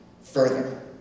further